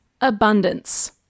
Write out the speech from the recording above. abundance